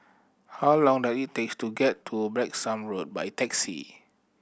how long does it takes to get to Branksome Road by taxi